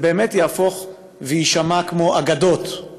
זה באמת יהפוך ויישמע כמו אגדות,